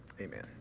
Amen